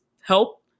help